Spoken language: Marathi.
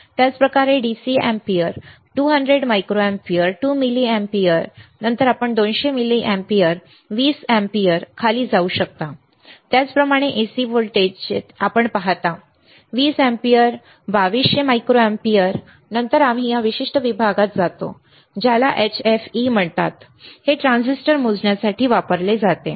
त्याचप्रकारे DC अँपिअर 200 मायक्रोअँपिअर 2 मिलीअँपिअर नंतर आपण 200 मिलिअँपिअर 20 अँपिअर खाली जाऊ शकता त्याचप्रमाणे AC व्होल्टेज येथे आपण पाहता 20 अँपिअर 2 200 मायक्रोएम्पीयर नंतर आम्ही या विशिष्ट विभागात जातो ज्याला HFE म्हणतात हे ट्रान्झिस्टर मोजण्यासाठी वापरले जाते